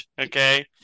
okay